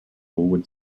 would